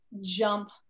jump